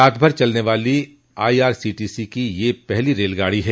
रातभर चलने वाली I R C T C की यह पहली रेलगाड़ी है